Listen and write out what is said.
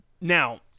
Now